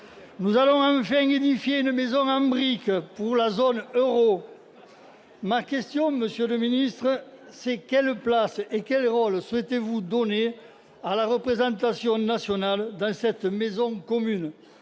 Nous allons enfin édifier une maison en briques pour la zone euro. Ma question est la suivante : quelle place et quel rôle souhaitez-vous donner à la représentation nationale dans cette maison commune,